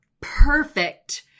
perfect